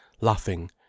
laughing